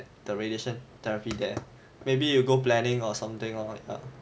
the radiation therapy there maybe you go planning or something or or